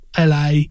LA